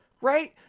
right